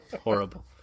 Horrible